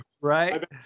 Right